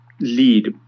Lead